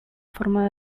forma